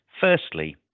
firstly